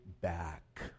back